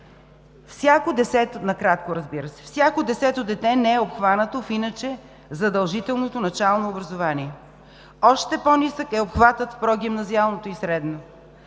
„Всяко десето дете не е обхванато в иначе задължителното начално образование. Още по-нисък е обхватът в прогимназиалното и средното.